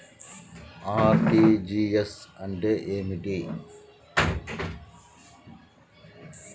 RTGS అంటే ఏమిటి?